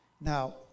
Now